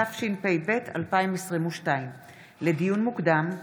התשפ"ב 2022. לדיון מוקדם,